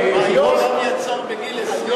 היום אדם מייצר בגיל 20,